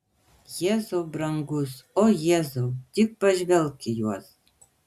jėzau brangus o jėzau tik pažvelk į juos